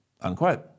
Unquote